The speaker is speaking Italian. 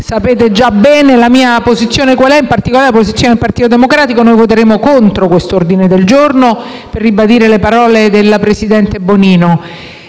Sapete già bene qual è la mia posizione e qual è, in particolare, la posizione del Partito Democratico: noi voteremo contro l'ordine del giorno G1, ribadendo le parole della presidente Bonino.